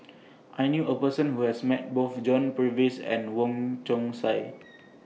I knew A Person Who has Met Both John Purvis and Wong Chong Sai